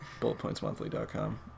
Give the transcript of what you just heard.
bulletpointsmonthly.com